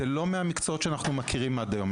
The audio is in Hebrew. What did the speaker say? זה לא מהמקצועות שאנחנו מכירים עד היום.